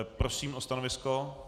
Prosím o stanovisko.